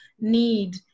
need